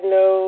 no